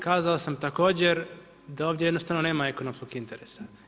Kazao sam također da ovdje jednostavno nema ekonomskog interesa.